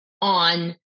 on